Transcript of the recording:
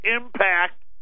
impact